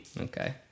Okay